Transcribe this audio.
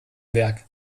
werk